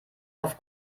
auf